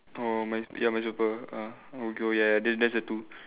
oh mine is ya mine's purple ah okay oh ya ya then that's the two